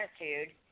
attitude